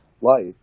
life